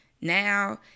now